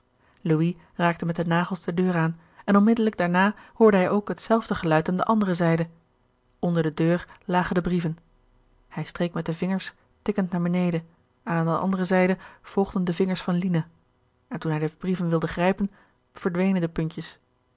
louis raakte met de nagels de deur aan en onmiddelijk daarna hoorde hij ook hetzelfde geluid aan de andere zijde onder de deur lagen de brieven hij streek met de vingers tikkend naar beneden en aan de andere zijde volgden de vingers van lina en toen hij de brieven wilde grijpen verdwenen de puntjes